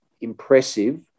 impressive